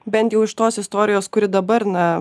bent jau iš tos istorijos kuri dabar na